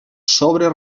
sobre